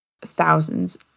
thousands